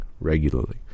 regularly